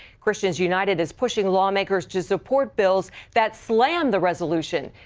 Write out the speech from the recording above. christians united is pushing lawmakers to support bills that slam the resolution.